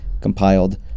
compiled